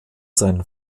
sein